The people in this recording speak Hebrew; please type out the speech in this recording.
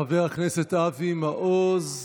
חבר הכנסת אבי מעוז,